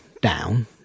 down